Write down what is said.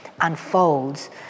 unfolds